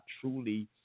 truly